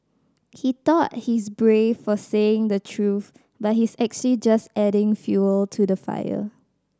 he thought he's brave for saying the truth but he's actually just adding fuel to the fire